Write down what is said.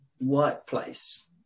workplace